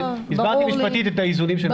הסברתי משפטית את האיזונים שמנחים.